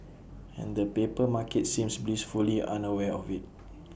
and the paper market seems blissfully unaware of IT